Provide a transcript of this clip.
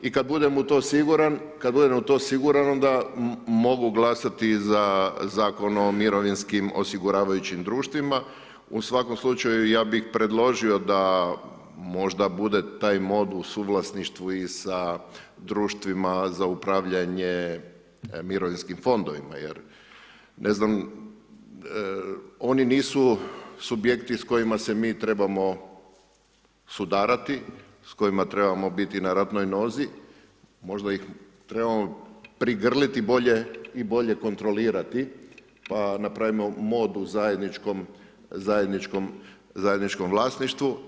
I kad budem u to siguran onda mogu glasati o Zakon o mirovinskim osiguravajućim društvima, u svakom slučaju ja bih predložio da možda bude taj MOD u suvlasništvu i sa društvima za upravljanje mirovinskim fondovima, jer, ne znam, oni nisu subjekti s kojima se mi trebamo sudarati, s kojima trebamo biti na ratnoj nozi, možda ih trebamo prigrliti bolje i bolje kontrolirati, pa napravimo MOD u zajedničkom vlasništvu.